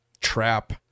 trap